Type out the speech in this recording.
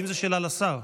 האם זו שאלה לשר?